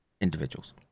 individuals